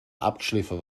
abgeschliffen